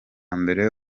mbere